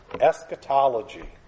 eschatology